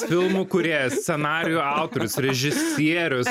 filmų kūrėjas scenarijų autorius režisierius